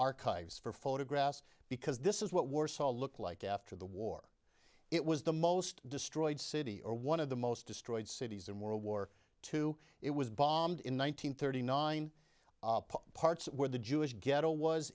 archives for photographs because this is what warsaw looked like after the war it was the most destroyed city or one of the most destroyed cities in world war two it was bombed in one nine hundred thirty nine parts where the jewish ghetto was